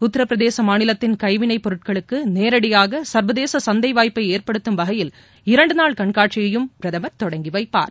உத்தரப்பிரதேசமாநிலத்தின் கைவினைப்பொருட்களுக்குநேரடியாகசர்வதேசசந்தைவாய்ப்பைஏற்படுத்தும் வகையில் இரண்டுநாள் கண்காட்சியையும் பிரதமர் தொடங்கிவைப்பார்